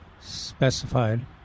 specified